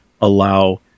allow